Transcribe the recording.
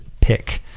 pick